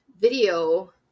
video